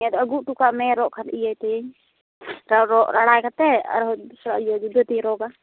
ᱦᱮᱸᱛᱚ ᱟᱜᱩ ᱦᱚᱴᱚ ᱠᱟᱜᱢᱮ ᱨᱚᱜ ᱤᱭᱟᱹᱭ ᱛᱟᱹᱭᱟᱹᱧ ᱨᱚᱜ ᱨᱟᱲᱟᱭ ᱠᱟᱛᱮᱫ ᱟᱨᱦᱚᱸ ᱫᱚᱥᱨᱟ ᱤᱭᱟᱹ ᱟᱨᱚ ᱡᱩᱫᱟᱹᱛᱤᱧ ᱨᱚᱜᱟ